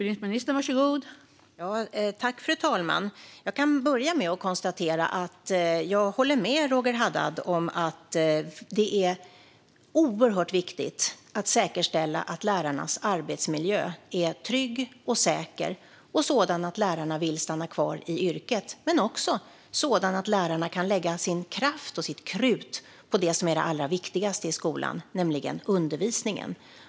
Fru talman! Jag håller med Roger Haddad om att det är oerhört viktigt att säkerställa att lärarnas arbetsmiljö är trygg och säker. Den ska vara sådan att lärarna vill stanna kvar i yrket, men också sådan att lärarna kan lägga sin kraft och sitt krut på det som är det allra viktigaste i skolan, nämligen undervisningen.